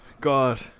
God